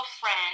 friend